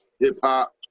hip-hop